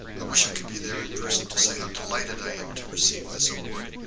i wish i could be there in person to say how delighted i am to receive this award.